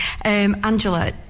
angela